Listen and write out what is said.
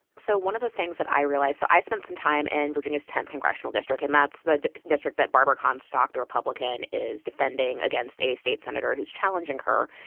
so one of the things that i realized so i spent some time in and virginia's tenth congressional district, and that's the district that barbara comstock, the republican, is defending against a state senator who's challenging her.